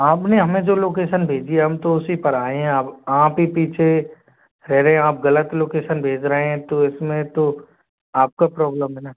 आप ने हमें जो लोकेशन भेजी है हम तो उसी पर आए हैं अब आप ही पीछे ठहरे हैं आप ग़लत लोकेशन भेज रहें हैं तो इस में तो आप का प्रॉब्लम है ना